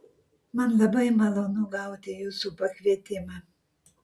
man labai malonu gauti jūsų pakvietimą